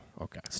okay